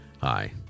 Hi